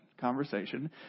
conversation